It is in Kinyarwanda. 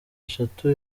eshatu